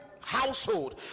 household